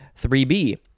3B